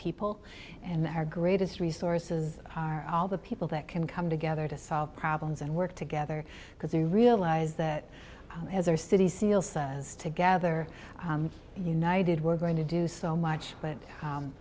people and their greatest resources are all the people that can come together to solve problems and work together because they realize that as our city seal says together united we're going to do so much but